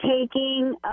taking